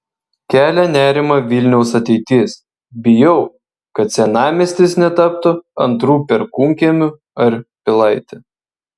kelia nerimą vilniaus ateitis bijau kad senamiestis netaptų antru perkūnkiemiu ar pilaite